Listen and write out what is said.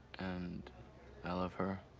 and i love her.